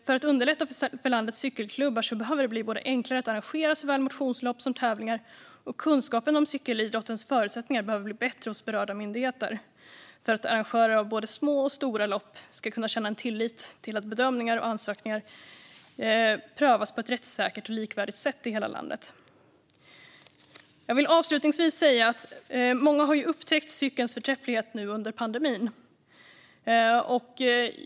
För att underlätta för landets cykelklubbar behöver det bli enklare att arrangera såväl motionslopp som tävlingar. Och kunskapen om cykelidrottens förutsättningar behöver bli bättre hos berörda myndigheter för att arrangörer av både små och stora lopp ska kunna känna en tillit till att bedömningar av ansökningar prövas på ett rättssäkert och likvärdigt sätt i hela landet. Jag vill avslutningsvis säga att många har upptäckt cykelns förträfflighet nu under pandemin.